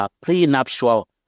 prenuptial